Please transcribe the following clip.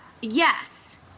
Yes